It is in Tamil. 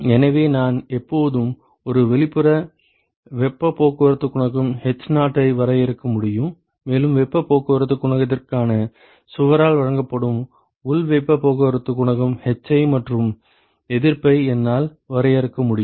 எனவே நான் எப்போதும் ஒரு வெளிப்புற வெப்பப் போக்குவரத்து குணகம் h0 ஐ வரையறுக்க முடியும் மேலும் வெப்பப் போக்குவரத்து குணகத்திற்கான சுவரால் வழங்கப்படும் உள் வெப்பப் போக்குவரத்து குணகம் hi மற்றும் எதிர்ப்பை என்னால் வரையறுக்க முடியும்